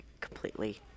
completely